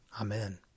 Amen